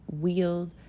wield